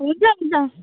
हुन्छ हुन्छ